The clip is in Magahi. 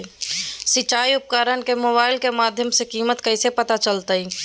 सिंचाई उपकरण के मोबाइल के माध्यम से कीमत कैसे पता चलतय?